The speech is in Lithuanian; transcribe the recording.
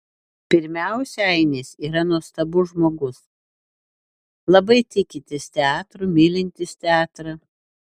pirmiausia ainis yra nuostabus žmogus labai tikintis teatru mylintis teatrą